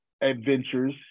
Adventures